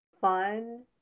fun